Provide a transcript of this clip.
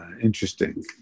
interesting